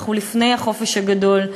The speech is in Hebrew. אנחנו לפני החופש הגדול,